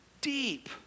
deep